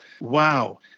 wow